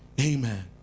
Amen